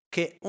che